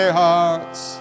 hearts